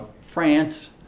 France